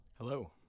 Hello